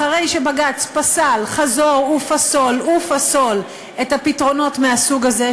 אחרי שבג"ץ פסל חזור ופסול ופסול את הפתרונות מהסוג הזה,